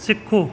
ਸਿੱਖੋ